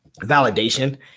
validation